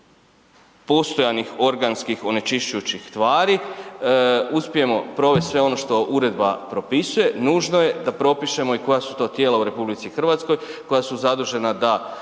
postojanih organskih onečišćujućih tvari uspijemo provesti sve ono što uredba propisuje, nužno je da propišemo i koja su to tijela u RH koja su zadužena da